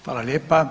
Hvala lijepa.